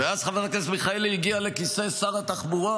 ואז חברת הכנסת מיכאלי הגיעה לכיסא שר התחבורה,